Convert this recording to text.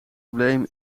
probleem